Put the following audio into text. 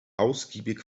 ausgiebig